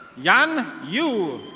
yan yu.